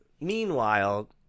Meanwhile